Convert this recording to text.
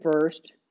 first